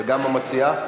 גם המציעה?